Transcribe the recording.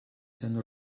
sein